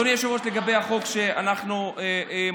אדוני היושב-ראש, לגבי החוק שאנחנו מציעים,